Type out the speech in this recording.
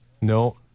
no